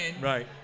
Right